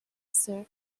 sir